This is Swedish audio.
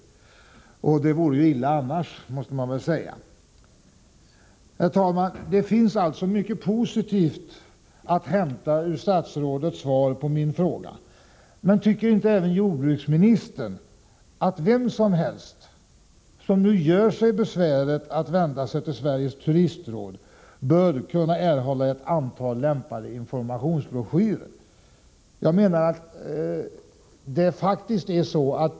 Det vore illa annars, måste man väl säga. Herr talman! Det finns alltså mycket positivt att hämta i statsrådets svar på min fråga. Men tycker inte även jordbruksministern att vem som helst, som gör sig besväret att vända sig till Sveriges turistråd, bör kunna erhålla ett antal lämpliga informationsbroschyrer?